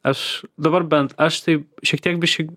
aš dabar bent aš tai šiek tiek biškį